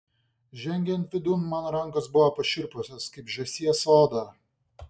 žengiant vidun mano rankos buvo pašiurpusios kaip žąsies oda